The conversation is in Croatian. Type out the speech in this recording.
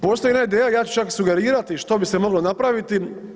Postoji jedna ideja, ja ću čak sugerirati što bi se moglo napraviti.